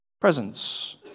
presence